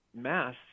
mass